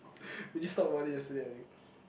we just talked about this yesterday I think